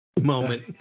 Moment